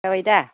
जाबायदा